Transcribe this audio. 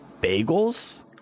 bagels